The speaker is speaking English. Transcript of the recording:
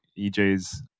EJ's